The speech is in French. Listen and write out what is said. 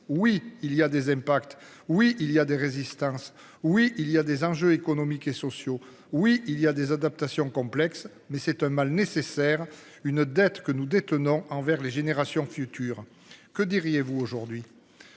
oui il y a des impacts. Oui il y a des résistances, oui il y a des enjeux économiques et sociaux. Oui il y a des adaptations complexes mais c'est un mal nécessaire une dette que nous détenons envers les générations futures. Que diriez-vous aujourd'hui.